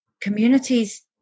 communities